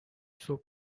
صبح